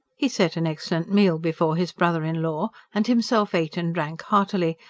he set an excellent meal before his brother-in-law, and himself ate and drank heartily,